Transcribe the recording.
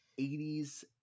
80s